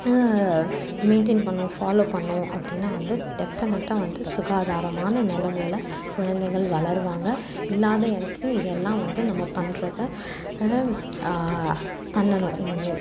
maintain பண்ணோம் follow பண்ணோம் அப்படின்னா வந்து டெஃபனெட்டாக வந்து சுகராதாரமான நிலமையில குழந்தைகள் வளருவாங்க இல்லாத இடத்துலையும் இது எல்லாம் வந்து நம்ம பண்ணுறத பண்ணணும் இனிமேல்